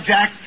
Jack